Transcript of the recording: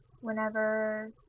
Whenever